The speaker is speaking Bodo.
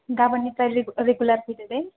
गाबोननिफ्राय रेगुलार फैदो दे